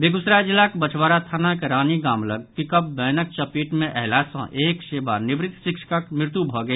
बेगूसराय जिलाक बछवाड़ा थानाक रानी गाम लऽग पिकअप वैनक चपेट मे अयला सॅ एक सेवानिवृत्त शिक्षकक मृत्यु भऽ गेल